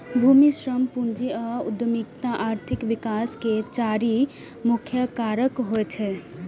भूमि, श्रम, पूंजी आ उद्यमिता आर्थिक विकास के चारि मुख्य कारक होइ छै